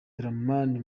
dramani